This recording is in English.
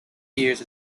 years